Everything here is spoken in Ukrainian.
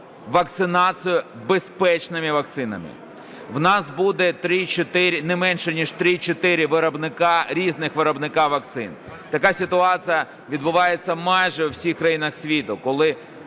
вакцинацію безпечними вакцинами. В нас будуть не менш ніж 3-4 різних виробника вакцин. Така ситуація відбувається майже у всіх країнах світу, коли